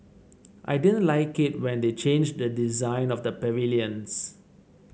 I didn't like it when they changed the design of the pavilions